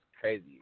crazy